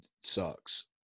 sucks